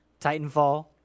titanfall